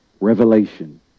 Revelation